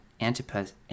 Antipas